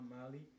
Mali